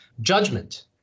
judgment